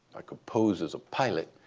i could pose as a pilot.